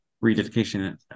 rededication